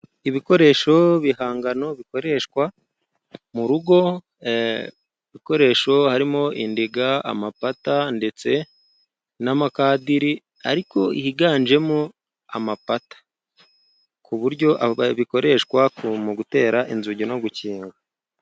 Ibikoresho bihangano bikoreshwa mu rugo ibikoresho harimo: indiga, amapata ndetse n'amakadiri ariko higanjemo amapata ku buryo bikoreshwa mu gutera inzugi no gukinga.